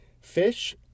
Fish